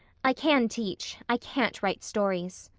i can teach. i can't write stories.